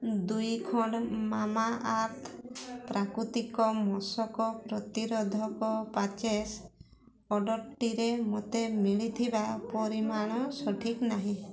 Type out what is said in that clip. ଦୁଇ ଖଣ୍ଡ ମାମାଆର୍ଥ ପ୍ରାକୃତିକ ମଶକ ପ୍ରତିରୋଧକ ପ୍ୟାଚେସ୍ ଅର୍ଡ଼ର୍ଟିରେ ମୋତେ ମିଳିଥିବା ପରିମାଣ ସଠିକ୍ ନାହିଁ